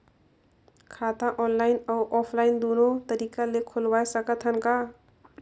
खाता ऑनलाइन अउ ऑफलाइन दुनो तरीका ले खोलवाय सकत हन का?